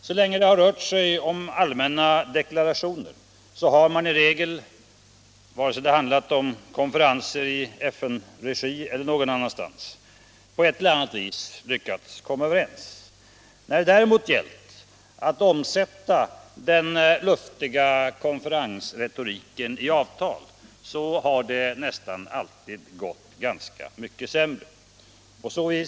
Så länge som det rört sig om allmänna deklarationer har man i regel lyckats komma överens. När det däremot gällt att omsätta den luftiga retoriken i avtal har det nästan alltid gått sämre.